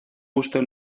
gusto